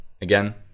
Again